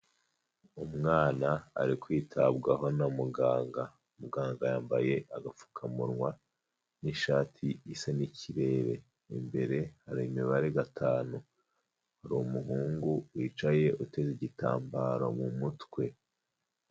Umwana ari kwitabwaho na muganga, muganga yambaye agapfukamunwa, n'ishati isa n'ikirere. Imbere hari imibare gatanu, hari umuhungu wicaye uteze igitambaro mu mutwe.